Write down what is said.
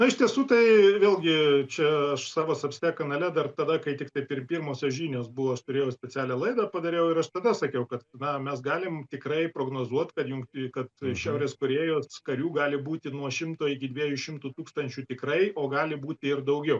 na iš tiesų tai vėlgi čia aš savo substek kanale dar tada kai tiktai pir pirmosios žinios buvo aš turėjau specialią laidą padariau ir aš tada sakiau kad na mes galim tikrai prognozuot kad jung kad šiaurės korėjos karių gali būti nuo šimto iki dviejų šimtų tūkstančių tikrai o gali būti ir daugiau